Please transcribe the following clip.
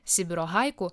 sibiro haikų